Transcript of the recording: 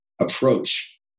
approach